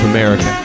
America